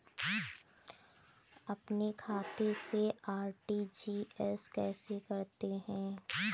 अपने खाते से आर.टी.जी.एस कैसे करते हैं?